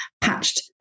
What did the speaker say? patched